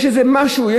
יש איזו סמכות,